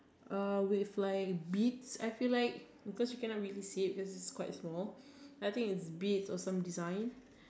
uh with like beads I feel like you because cannot really see because it's quite small I think it's beads or some design